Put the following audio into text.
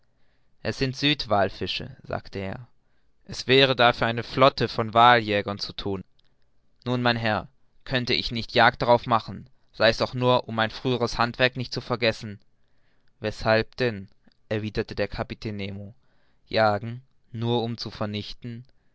es sind süd wallfische sagte er es wäre da für eine flotte von wallfischjägern zu thun nun mein herr könnte ich nicht jagd darauf machen sei's auch nur um mein früheres handwerk nicht zu vergessen weshalb denn erwiderte der kapitän nemo jagen nur um zu vernichten